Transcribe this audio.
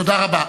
תודה רבה.